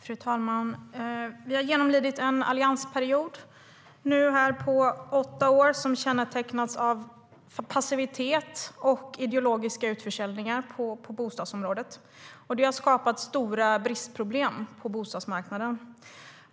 Fru talman! Vi har genomlidit en alliansperiod på åtta år som kännetecknats av passivitet och ideologiska utförsäljningar på bostadsområdet. Det har skapat stora problem i form av brister på bostadsmarknaden.